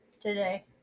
today